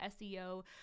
SEO